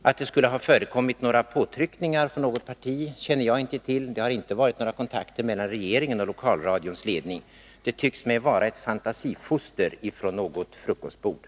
Att det skulle ha förekommit några påtryckningar från något parti känner jag inte till — det har inte varit några kontakter mellan regeringen och lokalradions ledning. Det tycks mig vara ett fantasifoster från frukostbordet.